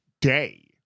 day